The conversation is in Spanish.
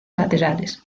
laterales